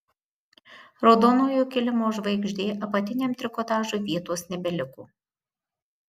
raudonojo kilimo žvaigždė apatiniam trikotažui vietos nebeliko